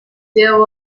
there